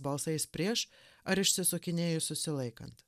balsais prieš ar išsisukinėju susilaikant